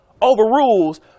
overrules